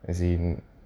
as in